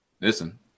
Listen